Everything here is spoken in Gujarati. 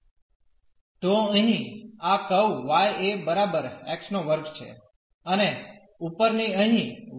તો અહીં આ કર્વ y એ બરાબર x2 છે અને ઉપરની અહીં y એ બરાબર x છે